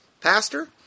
pastor